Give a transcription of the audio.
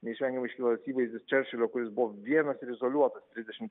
neišvengiamai iškyla tas įvaizdis čerčilio kuris buvo vienas ir izoliuotas trisdešimt